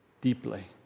deeply